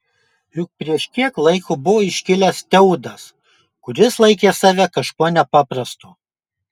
juk prieš kiek laiko buvo iškilęs teudas kuris laikė save kažkuo nepaprastu